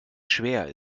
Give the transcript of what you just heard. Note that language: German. schwer